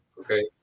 okay